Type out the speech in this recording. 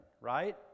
right